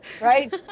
right